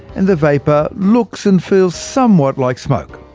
and the vapour looks and feels somewhat like smoke.